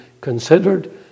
considered